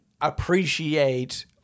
appreciate